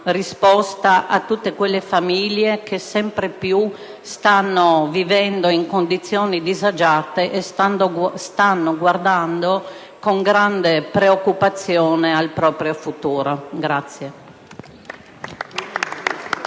risposta a tutte quelle famiglie che sempre più stanno vivendo in condizioni disagiate e stanno guardando con grande preoccupazione al proprio futuro.